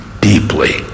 deeply